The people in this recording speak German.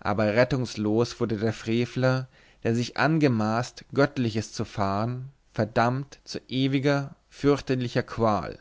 aber rettungslos wurde der frevler der sich angemaßt göttliches zu fahen verdammt zu ewiger fürchterlicher qual